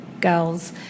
girls